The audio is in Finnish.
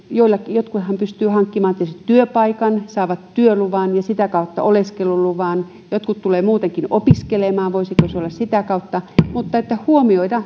jotkuthan pystyvät hankkimaan itsellensä työpaikan saavat työluvan ja sitä kautta oleskeluluvan jotkut tulevat muutenkin opiskelemaan voisiko se olla sitä kautta mutta ajattelisin että se että